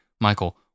Michael